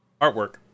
Artwork